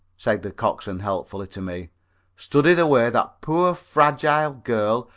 said the coxswain, helpfully, to me study the way that poor fragile girl,